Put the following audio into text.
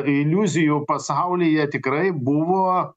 iliuzijų pasaulyje tikrai buvo